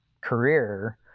career